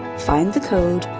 find the code,